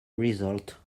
result